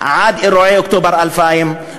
עד אירועי אוקטובר 2000,